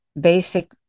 basic